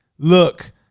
Look